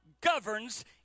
governs